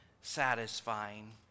satisfying